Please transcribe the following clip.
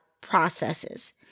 processes